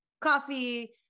coffee